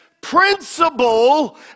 principle